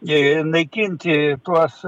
i naikinti tuos